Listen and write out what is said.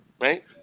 right